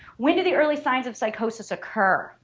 when do the early signs of psychosis occur?